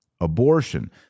abortion